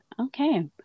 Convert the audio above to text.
Okay